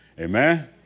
Amen